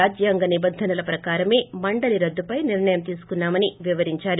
రాజ్యాంగ నిబంధనల ప్రకారమే మండలి రద్దుపై నిర్ణయం తీసుకున్నా మని వివరించారు